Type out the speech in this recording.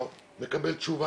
חשוב לנו שכולם ישתדלו לעשות